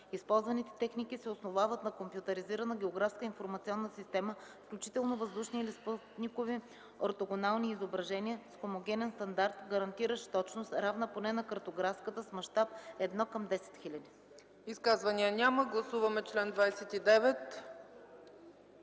Използваните техники се основават на компютризирана географска информационна система, включително въздушни или спътникови ортогонални изображения, с хомогенен стандарт, гарантиращ точност, равна поне на картографската с мащаб 1:10 000.” ПРЕДСЕДАТЕЛ ЦЕЦКА ЦАЧЕВА: Изказвания? Няма. Гласуваме чл. 29.